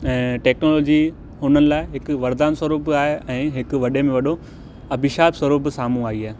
ऐं टेक्नोलॉजी हुननि लाइ हिकु वरदान स्वरूप आए ऐं हिकु वॾे में वॾो अभिशाप स्वरूप साम्हूं आई आहे